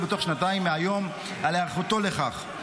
בתוך שנתיים מהיום על היערכותו לכך.